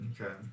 Okay